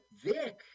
Vic